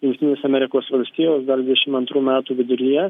jungtinės amerikos valstijos dar dvidešim antrų metų viduryje